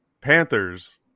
Panthers